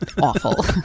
awful